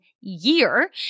year